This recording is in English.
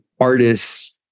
artists